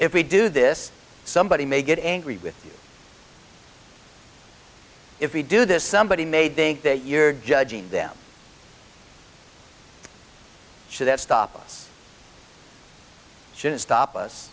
if we do this somebody may get angry with if you do this somebody made think that you're judging them so that stop us shouldn't stop us